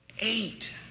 eight